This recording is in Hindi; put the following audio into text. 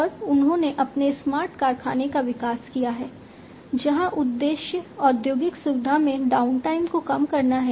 और उन्होंने अपने स्मार्ट कारखाने का विकास किया है जहां उद्देश्य औद्योगिक सुविधा में डाउनटाइम को कम करना है